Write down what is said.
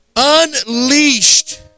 unleashed